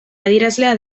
adierazlea